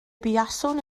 buaswn